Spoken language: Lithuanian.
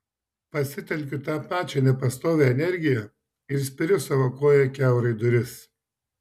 pasitelkiu tą pačią nepastovią energiją ir spiriu savo koja kiaurai duris